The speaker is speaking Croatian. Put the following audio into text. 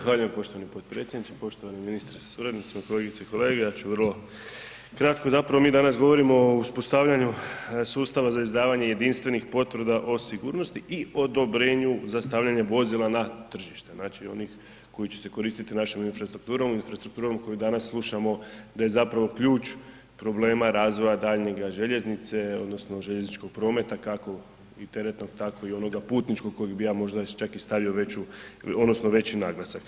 Zahvaljujem poštovani potpredsjedniče, poštovani ministre sa suradnicima, kolegice i kolege, ja ću vrlo kratko, zapravo mi danas govorimo o uspostavljanju sustava za izdavanje jedinstvenih potvrda o sigurnosti i odobrenju za stavljanje vozila na tržište, znači onih koji će se koristiti našom infrastrukturom, infrastrukturom koju danas slušamo da je zapravo ključ problema razvoja daljnjega željeznice odnosno željezničkog prometa, kako i teretnog tako i onoga putničkog kojeg bi ja možda čak i stavio veću odnosno veći naglasak.